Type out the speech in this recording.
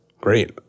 Great